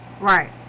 Right